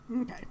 Okay